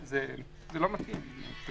זה לא מתאים.